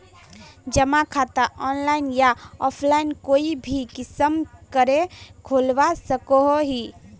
जमा खाता ऑनलाइन या ऑफलाइन कोई भी किसम करे खोलवा सकोहो ही?